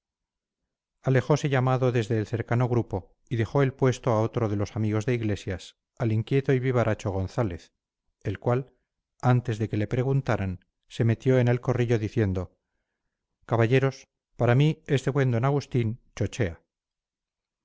alejose llamado desde el cercano grupo y dejó el puesto a otro de los amigos de iglesias al inquieto y vivaracho gonzález el cual antes de que le preguntaran se metió en el corrillo diciendo caballeros para mí este buen d agustín chochea